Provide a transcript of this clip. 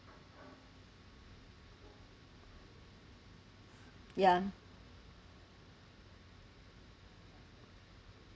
ya